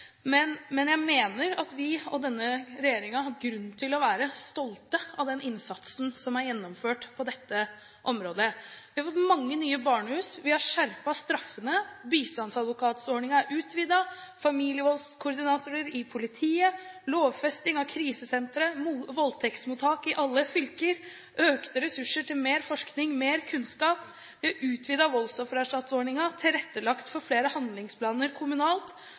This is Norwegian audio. Men jeg mener at vi og denne regjeringen har grunn til å være stolte av den innsatsen som er gjennomført på dette området. Vi har fått mange nye barnehus, vi har skjerpet straffene, bistandsadvokatordningen er utvidet, det er familievoldskoordinatorer i politiet, lovfesting av krisesentrene, voldtektsmottak i alle fylker, og økte ressurser til mer forskning og mer kunnskap, vi har utvidet voldsoffererstatningsordningen, vi har tilrettelagt for flere handlingsplaner kommunalt,